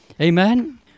Amen